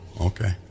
okay